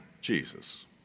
Jesus